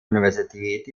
universität